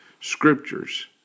scriptures